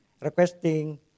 Requesting